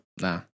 Nah